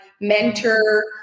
mentor